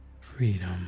freedom